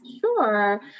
Sure